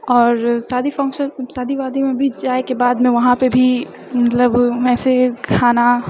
आओर शादी फंक्शन शादी वादीमे भी जाइके बादमे वहाँपर भी मतलब वैसे खाना